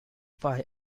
five